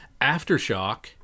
Aftershock